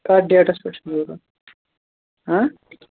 کَتھ ڈیٹَس پٮ۪ٹھ چھُ ضوٚرَتھ